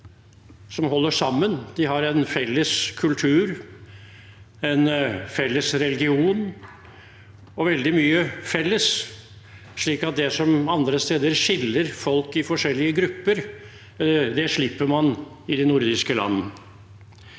som holder sammen, har en felles kultur, en felles religion og veldig mye felles, slik at det som andre steder skiller folk i forskjellige grupper, slipper man i de nordiske land.